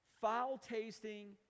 foul-tasting